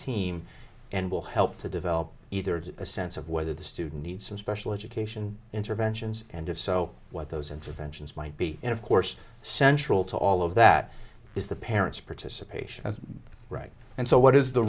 team and will help to develop either a sense of whether the student needs some special education interventions and if so what those interventions might be and of course central to all of that is the parent's participation right and so what is the